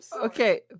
Okay